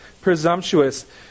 presumptuous